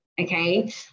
Okay